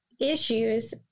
issues